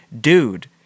dude